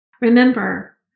Remember